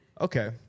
Okay